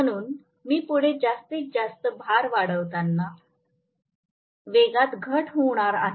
म्हणून मी पुढे जास्तीत जास्त भार वाढवत असताना वेगात घट होणार आहे